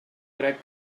crec